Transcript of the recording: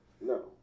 no